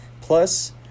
plus